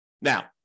Now